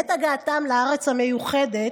בעת הגעתם לארץ המיוחלת,